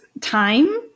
time